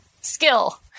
skill